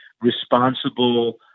responsible